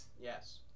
Yes